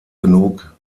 genug